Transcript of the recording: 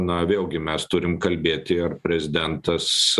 na vėlgi mes turim kalbėti ir prezidentas